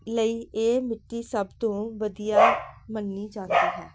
ਲਈ ਇਹ ਮਿੱਟੀ ਸਭ ਤੋਂ ਵਧੀਆ ਮੰਨੀ ਜਾਂਦੀ ਹੈ